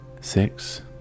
six